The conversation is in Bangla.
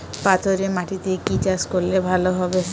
পাথরে মাটিতে কি চাষ করলে ভালো হবে?